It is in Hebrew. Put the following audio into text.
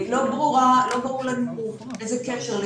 לא ברור לנו איזה קשר יש ביניהם.